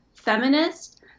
Feminist